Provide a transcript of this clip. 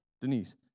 Denise